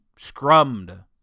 Scrummed